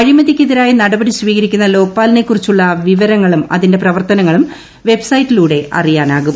അഴിമതിക്കെതിരായ നടപടി സ്വീകരിക്കുന്ന ലോക്പാലിനെ കുറിച്ചുള്ള വിവരങ്ങളും അതിന്റെ പ്രവർത്തനങ്ങളും വെബ്സൈറ്റിലൂടെ അറിയാനാകും